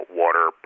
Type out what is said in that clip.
water